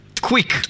Quick